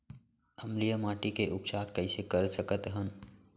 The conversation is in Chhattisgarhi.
अम्लीय माटी के उपचार कइसे कर सकत हन?